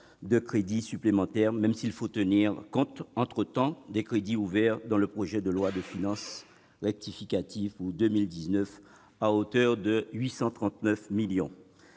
de crédits supplémentaires, même s'il faut tenir compte, entre-temps, des crédits ouverts dans le projet de loi de finances rectificative pour 2019, à hauteur de 839 millions